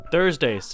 Thursday